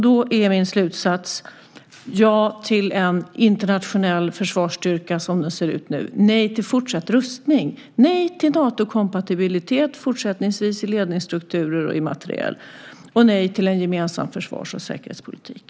Då är min slutsats: Ja till en internationell försvarsstyrka som den ser ut nu, nej till fortsatt rustning, nej till Natokompatibilitet fortsättningsvis i ledningsstrukturer och i materiel, och nej till en gemensam försvars och säkerhetspolitik.